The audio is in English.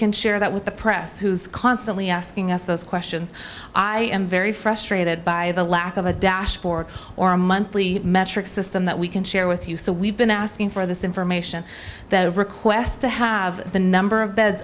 can share that with the press who's constantly asking us those questions i am very frustrated by the lack of a dashboard or a monthly metric system that we can share with you so we've been asking for this information the request to have the number of beds